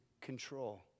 control